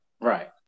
Right